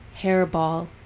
hairball